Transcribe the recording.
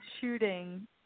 shooting